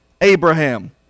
abraham